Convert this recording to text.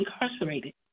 incarcerated